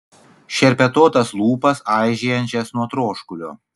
šerpetotas lūpas aižėjančias nuo troškulio